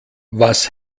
was